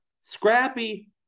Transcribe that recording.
scrappy